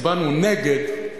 הצבענו נגד,